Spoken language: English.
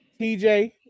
TJ